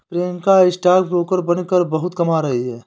Priyanka stock broker बनकर बहुत कमा रही है